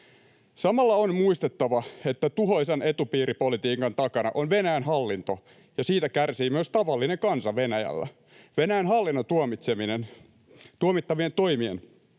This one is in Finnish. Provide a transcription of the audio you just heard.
Samalla on muistettava, että tuhoisan etupiiripolitiikan takana on Venäjän hallinto, ja siitä kärsii myös tavallinen kansa Venäjällä. Venäjän hallinnon tuomittavien toimien